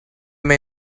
may